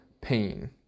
pain